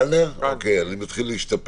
אני רוצה להודות